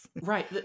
Right